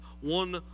one